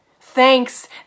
Thanks